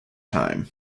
time